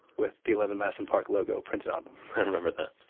with the eleven madison park logo printed on remember that